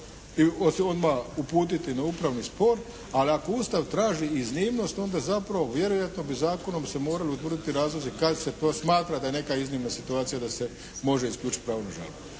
i odmah uputiti na upravni spor. Ali, ako Ustav traži iznimnost onda zapravo vjerojatno bi zakonom se morali utvrditi razlozi kad se to smatra da neke iznimna situacija da se može isključiti pravo na